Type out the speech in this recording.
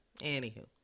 anywho